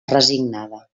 resignada